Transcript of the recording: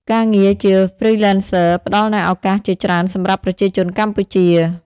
ការងារជា Freelancer ផ្តល់នូវឱកាសជាច្រើនសម្រាប់ប្រជាជនកម្ពុជា។